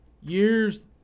Years